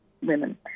women